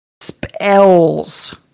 Spells